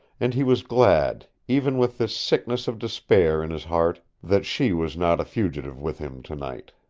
and he was glad, even with this sickness of despair in his heart, that she was not a fugitive with him tonight.